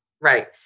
right